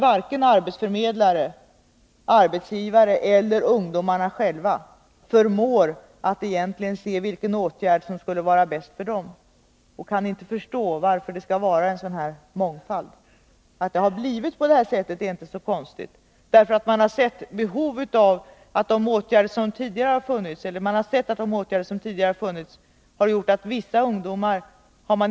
Varken arbetsförmedlare, arbetsgivare eller ungdomarna själva förmår att se vilken åtgärd som skulle vara bäst för dem. De kan inte förstå varför det skall vara en sådan mångfald. Att det har blivit på det här sättet är inte så konstigt. Man har sett att en åtgärd som tidigare har funnits har gjort att man inte har kunnat hjälpa vissa ungdomar.